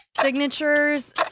Signatures